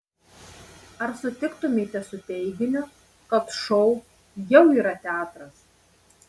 ar sutiktumėte su teiginiu kad šou jau yra teatras